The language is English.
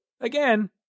again